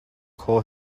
call